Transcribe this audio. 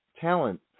talent